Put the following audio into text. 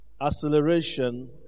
Acceleration